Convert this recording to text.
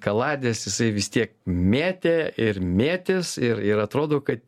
kaladės jisai vis tiek mėtė ir mėtys ir ir atrodo kad